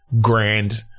grand